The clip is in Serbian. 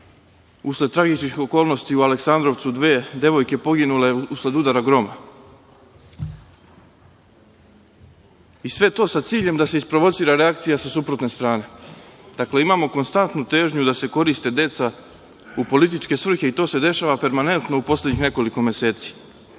usled tragičnih okolnosti u Aleksandrovcu dve devojke poginule usled udara groma i sve to sa ciljem da se isprovocira reakcija sa suprotne strane. Imamo konstantnu težnju da se koriste deca u političke svrhe i to se dešava permanentno u poslednjih nekoliko meseci. Narodni